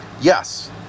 Yes